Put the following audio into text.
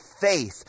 faith